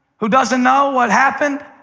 who doesn't know what happened?